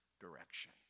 direction